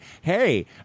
hey